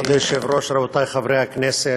כבוד היושב-ראש, רבותי חברי הכנסת,